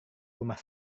rumah